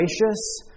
gracious